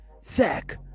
sack